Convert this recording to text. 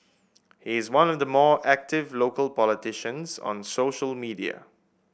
he is one of the more active local politicians on social media